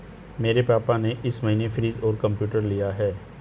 मेरे पापा ने इस महीने फ्रीज और कंप्यूटर लिया है